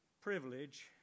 privilege